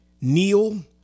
neil